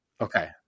Okay